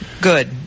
Good